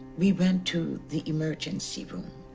we went to the emergency room.